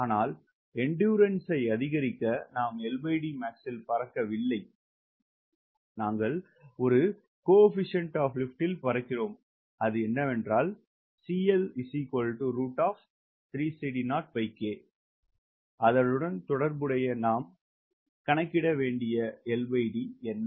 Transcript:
ஆனால் என்டுரான்ஸை அதிகரிக்க நாம் LDmax இல் பறக்கவில்லை நாங்கள் ஒரு CL இல் பறக்கிறோம் அது அதனுடன் தொடர்புடைய நாம் கணக்கிட வேண்டிய LD என்ன